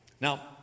Now